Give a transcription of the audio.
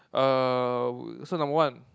err so number one